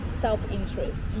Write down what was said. self-interest